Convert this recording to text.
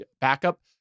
backup